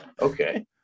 Okay